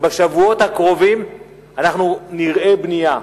ובשבועות הקרובים אנחנו נראה בנייה.